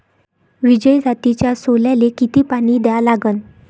विजय जातीच्या सोल्याले किती पानी द्या लागन?